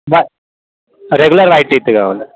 regular white టీత్ది కావాలి